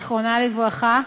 זיכרונה לברכה,